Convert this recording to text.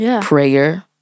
prayer